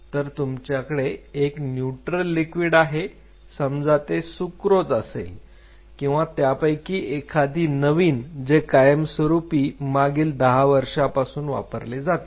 तर तुमच्याकडे एक न्यूट्रल लिक्विड आहे समजा ते सुक्रोज असेल किंवा त्यापैकी एखादी नवीन जे कायमस्वरूपी मागील 10 वर्षापासून वापरले जाते